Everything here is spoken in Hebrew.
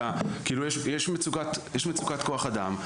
יש מצוקת כוח אדם,